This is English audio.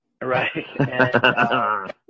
Right